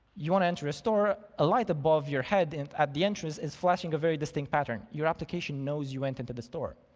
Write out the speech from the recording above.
you want to enter a store, a light above your head at the entrance is flashing a very distinct pattern. your application knows you went into the store.